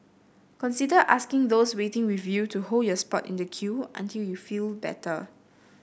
consider asking those waiting with you to hold your spot in the queue until you feel better